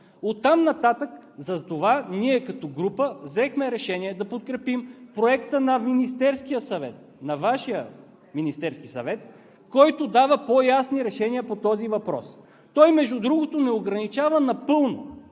на закона. Затова ние като група взехме решение да подкрепим Проекта на Министерския съвет, на Вашия Министерски съвет, който дава по-ясни решения по този въпрос. Той, между другото, не ограничава напълно